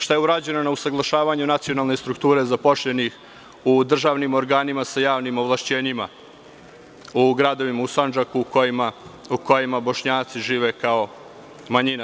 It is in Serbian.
Šta je urađeno na usaglašavanju nacionalne strukture zaposlenih u državnim organima sa javnim ovlašćenjima u gradovima u Sandžaku u kojima Bošnjaci žive kao manjina?